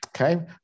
okay